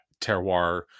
terroir